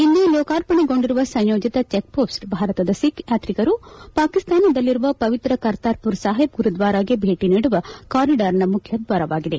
ಇಂದು ಲೋಕಾರ್ಪಣೆಗೊಂಡಿರುವ ಸಂಯೋಜಿತ ಚೆಕ್ಪೋಸ್ಟ್ ಭಾರತದ ಸಿಖ್ ಯಾತ್ರಿಕರು ಪಾಕಿಸ್ತಾನದಲ್ಲಿರುವ ಪವಿತ್ರ ಕರ್ತಾರ್ಪುರ್ ಸಾಹೇಬ್ ಗುರುದ್ವಾರಾಗೆ ಭೇಟಿ ನೀಡುವ ಕಾರಿಡಾರ್ನ ಮುಖ್ಯದ್ವಾರವಾಗಿದೆ